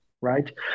Right